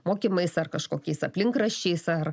mokymais ar kažkokiais aplinkraščiais ar